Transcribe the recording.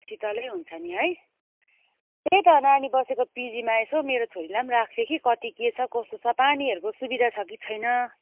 शीतलै हुन्छ नि है त्यही त नानी बसेको पिजीमा एसो मेरो छोरीलाई पनि राख्थ्यो कि कति के छ कस्तो छ पानीहरूको सुविधा छ की छैन